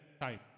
time